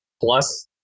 Plus